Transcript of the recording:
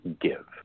give